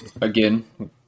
Again